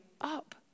up